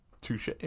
touche